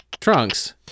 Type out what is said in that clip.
Trunks